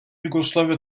yugoslavya